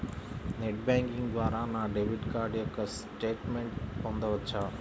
Net banking ద్వారా నా debit card యొక్క స్టేట్మెంట్ పొందవచ్చా?